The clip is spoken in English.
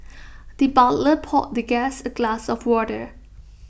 the butler poured the guest A glass of water